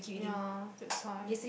ya that's why